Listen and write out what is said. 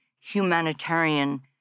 humanitarian